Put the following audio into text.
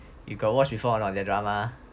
you got watch before or not their drama